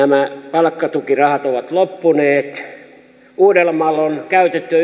palkkatukirahat ovat loppuneet uudellamaalla on käytetty